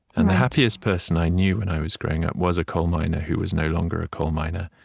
and the happiest person i knew, when i was growing up, was a coal miner who was no longer a coal miner.